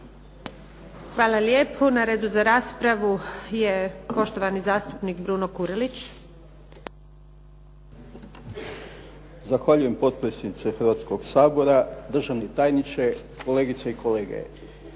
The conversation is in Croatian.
Hvala lijepo. Na redu za raspravu je poštovani zastupnik Bruno Kurelić. **Kurelić, Bruno (SDP)** Zahvaljujem potpredsjednice Hrvatskog sabora, državni tajniče, kolegice i kolege.